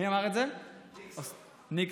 ריצ'רד ניקסון.